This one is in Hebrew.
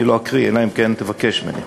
אני לא אקריא, אלא אם כן תבקש ממני.